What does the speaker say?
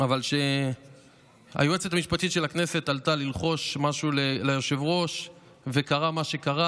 אבל כשהיועצת המשפטית לכנסת עלתה ללחוש משהו ליושב-ראש וקרה מה שקרה,